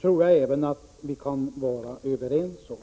tror jag ändå vi kan vara överens om.